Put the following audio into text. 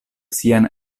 sian